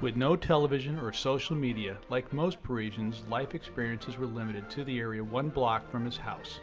with no television or social media, like most parisians, life experiences were limited to the area one block from his house